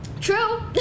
True